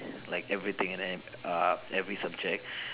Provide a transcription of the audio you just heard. like everything and then err every subject